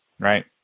Right